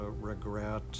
regret